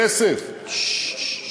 כסף, השקעה.